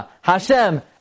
Hashem